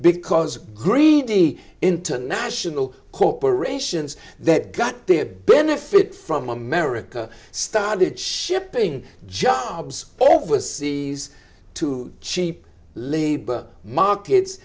because greedy international corporations that got that benefit from america started shipping jobs overseas to cheap labor markets